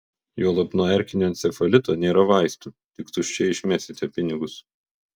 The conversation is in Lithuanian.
juolab nuo erkinio encefalito nėra vaistų tik tuščiai išmesite pinigus